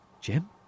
Jim